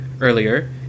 earlier